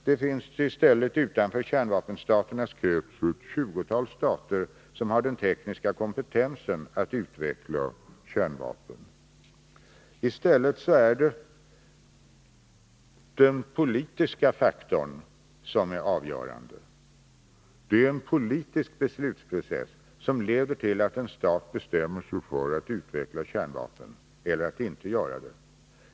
Det finns utanför kärnvapenstaternas krets ett tjugotal stater som har den tekniska kompetensen att utveckla kärnvapen. I stället är det den politiska faktorn som är avgörande. Det är en politisk beslutsprocess som leder till att en stat bestämmer sig för att utveckla kärnvapen eller att inte göra det.